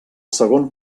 segon